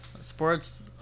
sports